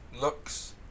looks